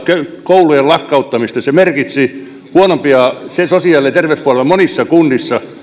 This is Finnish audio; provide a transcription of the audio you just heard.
koulujen lakkauttamista se merkitsisi huonompaa sosiaali ja terveyspuolella monissa kunnissa